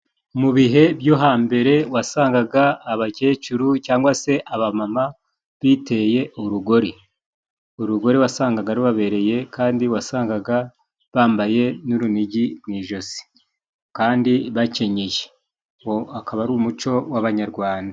Mu bihe byo hambere wasangaga abakecuru cyangwa se abamama biteye urugori, urugori wasangaga rubabereye kandi wasangaga bambaye n'urunigi mu ijosi, kandi bakenyeye uwo akaba ari umuco w'abanyarwanda.